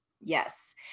Yes